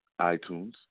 iTunes